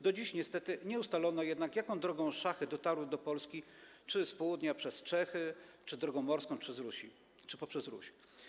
Do dziś niestety nie ustalono jednak, jaką drogą szachy dotarły do Polski - czy z południa przez Czechy, czy drogą morską, czy poprzez Ruś.